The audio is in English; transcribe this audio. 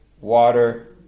water